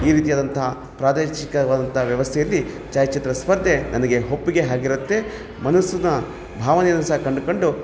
ಈ ರೀತಿಯಾದಂಥ ಪ್ರಾದೇಶಿಕವಾದಂಥ ವ್ಯವಸ್ಥೆಯಲ್ಲಿ ಛಾಯಾಚಿತ್ರ ಸ್ಪರ್ಧೆ ನನಗೆ ಒಪ್ಪಿಗೆ ಆಗಿರುತ್ತೆ ಮನಸ್ನ ಭಾವನೆಯನ್ನು ಸಹ ಕಂಡುಕೊಂಡು